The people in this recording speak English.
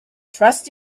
trust